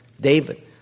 David